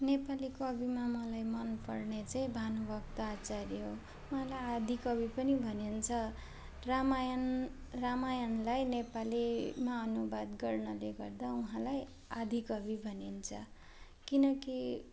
नेपाली कविमा मलाई मन पर्ने चाहिँ भानुभक्त आचार्य हो उहाँलाई आदिकवि पनि भनिन्छ रामायण रामायणलाई नेपालीमा अनुवाद गर्नाले गर्दा उहाँलाई आदिकवि भनिन्छ किनकि